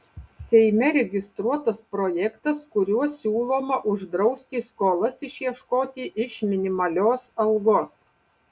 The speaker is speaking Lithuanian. seime registruotas projektas kuriuo siūloma uždrausti skolas išieškoti iš minimalios algos